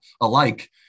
alike